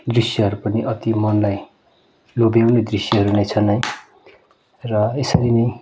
दृश्यहरू पनि अति मनलाई लोभ्याउने दृश्यहरू नै छन् है र यसरी नै